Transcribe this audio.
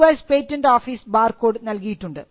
US patent office barcode നൽകിയിട്ടുണ്ട്